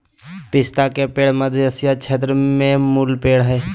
पिस्ता के पेड़ मध्य एशिया के क्षेत्र के मूल पेड़ हइ